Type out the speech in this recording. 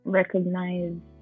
recognize